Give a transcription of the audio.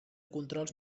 controls